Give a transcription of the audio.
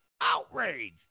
Outrage